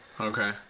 Okay